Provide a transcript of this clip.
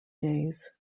days